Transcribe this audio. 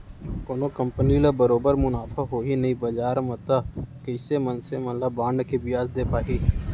कोनो कंपनी ल बरोबर मुनाफा होही नइ बजार म तब कइसे मनसे मन ल बांड के बियाज दे पाही